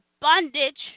bondage